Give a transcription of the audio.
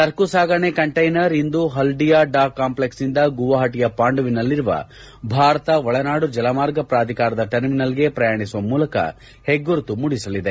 ಸರಕು ಸಾಗಣೆ ಕಂಟೇನರ್ ಇಂದು ಹಲ್ಡಿಯಾ ಡಾಕ್ ಕಾಂಪ್ಲೆಕ್ಸ್ನಿಂದ ಗುವಾಹಟಿಯ ಪಾಂಡುವಿನಲ್ಲಿರುವ ಭಾರತ ಒಳನಾಡು ಜಲಮಾರ್ಗ ಪ್ರಾಧಿಕಾರದ ಟರ್ಮಿನಲ್ಗೆ ಪ್ರಯಾಣಿಸುವ ಮೂಲಕ ಹೆಗ್ಗುರುತು ಮೂಡಿಸಲಿದೆ